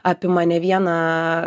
apima ne vieną